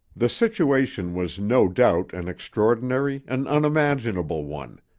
the situation was no doubt an extraordinary, an unimaginable one,